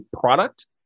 product